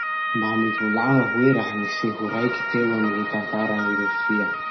Mba mivolagna hoe raha-niseho raiky teo amy gny tantaran'i Rosia?